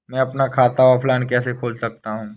मैं अपना खाता ऑफलाइन कैसे खोल सकता हूँ?